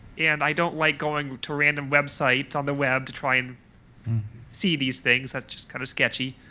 and i don't like going to random websites on the web to try and see these things. just kind of sketchy.